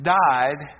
died